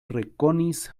rekonis